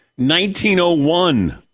1901